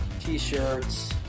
t-shirts